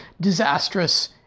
disastrous